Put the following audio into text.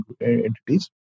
entities